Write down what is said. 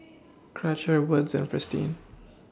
Karcher Wood's and Fristine